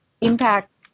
impact